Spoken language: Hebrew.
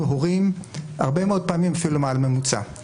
הורים הרבה מאוד פעמים אפילו מעל הממוצע.